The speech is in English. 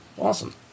Awesome